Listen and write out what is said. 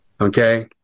okay